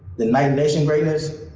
the knight nation greatness,